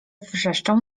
wrzeszczał